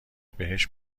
بهش